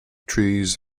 trees